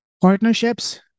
partnerships